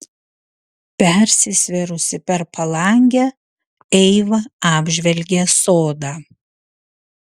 persisvėrusi per palangę eiva apžvelgė sodą